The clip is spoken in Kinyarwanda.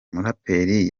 muraperi